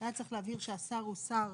היה צריך להבהיר שהשר הוא שר